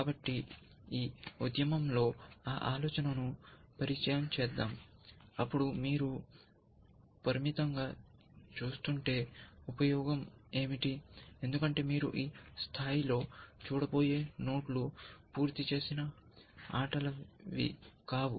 కాబట్టి ఈ ఉద్యమంలో ఆ ఆలోచనను పరిచయం చేద్దాం అప్పుడు మీరు పరిమితంగా చూస్తుంటే ఉపయోగం ఏమిటి ఎందుకంటే మీరు ఈ స్థాయిలో చూడబోయే నోడ్లు పూర్తి చేసిన ఆటలవి కావు